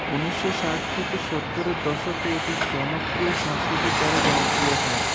উনিশশো ষাট থেকে সত্তরের দশকে এটি জনপ্রিয় সংস্কৃতির দ্বারা জনপ্রিয় হয়